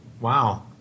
Wow